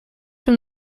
from